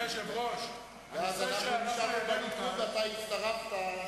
ואז אנחנו נשארנו בליכוד ואתה הצטרפת,